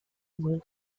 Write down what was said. will